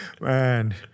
Man